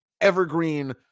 evergreen